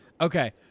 Okay